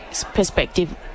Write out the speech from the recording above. perspective